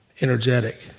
energetic